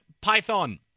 python